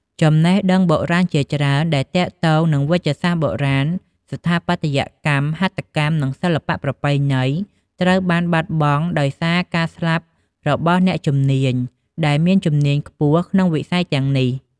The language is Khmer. ចំណេះដឹងបុរាណជាច្រើន ដែលទាក់ទងនឹងវេជ្ជសាស្ត្របុរាណ ស្ថាបត្យកម្ម ហត្ថកម្ម និងសិល្បៈប្រពៃណី ត្រូវបានបាត់បង់ដោយសារការស្លាប់របស់អ្នកជំនាញដែលមានជំនាញខ្ពស់ក្នុងវិស័យទាំងនេះ។